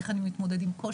איך אני מתמודד עם קושי.